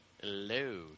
Hello